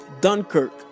Dunkirk